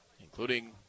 including